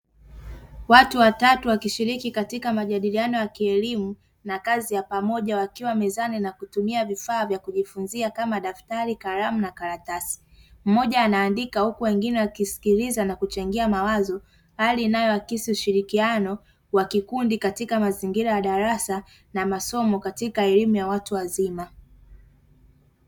Watu watatu wakishikiriki katika majadiliano ya kielimu na kazi ya pamoja wakiwa mezani na kutumia vifaa vya kujifunzia kama daftari, kalamu na karatasi. Mmoja anaandika uku wengine wakisikiliza na kuchangia mawazo hali inayo akisi ushirikiano wa kikundi katika mazingira ya darasa na masomo katika elimu ya watu wazima.